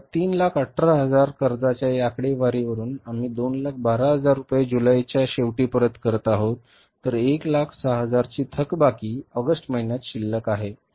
तर 318000 कर्जाच्या या आकडेवारीवरून आम्ही 212000 रुपये जुलैच्या शेवटी परत करत आहोत तर 106000 ची थकबाकी ऑगस्ट महिन्यात शिल्लक आहे